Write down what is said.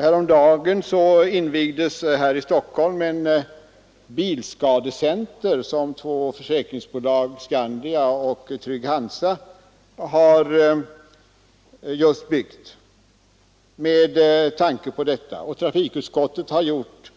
Häromdagen invigdes i Stockholm ett bilskadecenter som två försäkringsbolag, Skandia och Trygg-Hansa, just har byggt med tanke på detta problem. Trafikutskottet har gjort